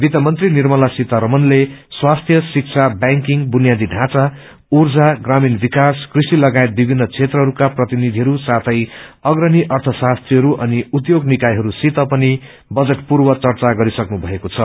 वित्त मन्त्री निर्मला सीतारमणले स्वास्थ्य श्रिक्षा व्याकिंग बुनियादी ढाँचा ऊर्जा ग्रामीण विकास कृषि लगायत विभित्र क्षेत्रहरूका प्रतिनिधिहरू साथै अग्रणी अर्यशास्त्रीहरू अनि उद्योग निकायहस्सित पनि बजट पूर्व चर्चा गरिसक्नु भएको छ